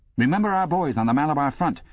remember our boys on the malabar front!